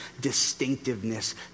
distinctiveness